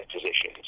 positions